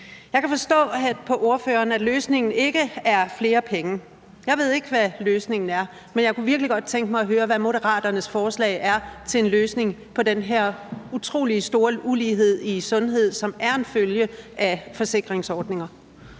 Jeg kan forstå på ordføreren, at løsningen ikke er flere penge. Jeg ved ikke, hvad løsningen er, men jeg kunne virkelig godt tænke mig at høre, hvad Moderaternes forslag er til en løsning på den her utrolig store ulighed i sundhed, som er en følge af forsikringsordninger.